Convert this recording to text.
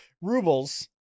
Rubles